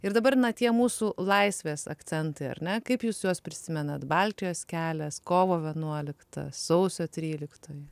ir dabar tie mūsų laisvės akcentai ar ne kaip jūs juos prisimenat baltijos kelias kovo vienuolikta sausio tryliktoji